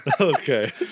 Okay